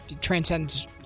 transcends